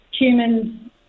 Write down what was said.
humans